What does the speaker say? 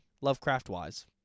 Lovecraft-wise